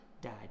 died